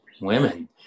women